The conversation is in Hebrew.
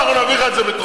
אני מוכן גם לזה.